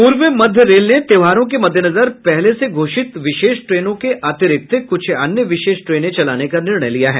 पूर्व मध्य रेल ने त्यौहारों के मद्देनजर पहले से घोषित विशेष ट्रेनों के अतिरिक्त कुछ अन्य विशेष ट्रेनें चलाने का निर्णय लिया है